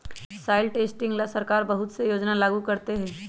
soil testing ला सरकार बहुत से योजना लागू करते हई